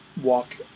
walk